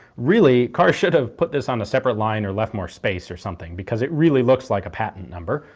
really kerr should have put this on a separate line or left more space or something, because it really looks like a patent number.